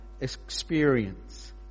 experience